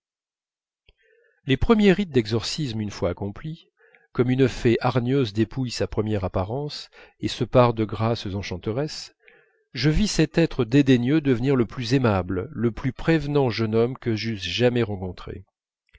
les premiers rites d'exorcismes une fois accomplis comme une fée hargneuse dépouille sa première apparence et se pare de grâces enchanteresses je vis cet être dédaigneux devenir le plus aimable le plus prévenant jeune homme que j'eusse jamais rencontré